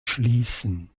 schließen